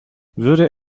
würde